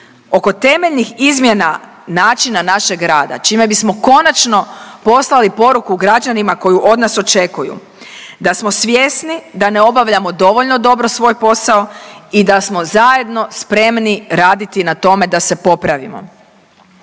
oko temeljnih izmjena načina našeg rada čime bismo konačno poslali poruku građanima koju od nas očekuju, da smo svjesni da ne obavljamo dovoljno dobro svoj posao i da smo zajedno spremni raditi na tome da se popravimo.